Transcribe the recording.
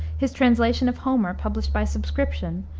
his translation of homer, published by subscription,